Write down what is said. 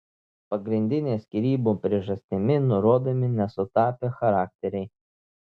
pagrindinė skyrybų priežastimi nurodomi nesutapę charakteriai